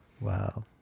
Wow